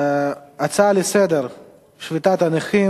שביתת הנכים,